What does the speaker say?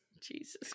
Jesus